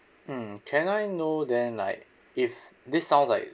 hmm can I know then like if this sounds like